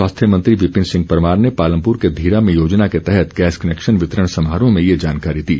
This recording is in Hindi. स्वास्थ्य मंत्री विपिन सिंह परमार ने पालमपुर के धीरा में योजना के तहत गैस कनेक्शन वितरण समारोह में ये जानकारी दी